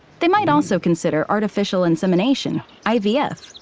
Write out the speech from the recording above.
they might also consider artificial insemination, ivf,